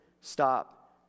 stop